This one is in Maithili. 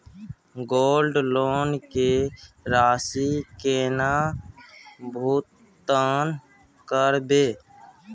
गोल्ड लोन के राशि केना भुगतान करबै?